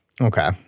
Okay